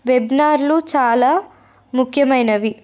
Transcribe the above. వెబినార్లు చాలా ముఖ్యమైనవి